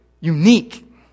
unique